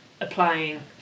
applying